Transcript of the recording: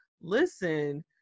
listen